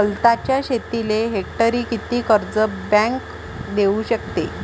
वलताच्या शेतीले हेक्टरी किती कर्ज बँक देऊ शकते?